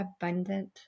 abundant